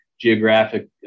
geographic